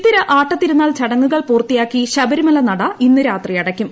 ചിത്തിര ആട്ടതിരുനാൾ ചടങ്ങുകൾ പൂർത്തിയാക്കി ശബരിമല നട ഇന്ന് രാത്രി അടയ്ക്കും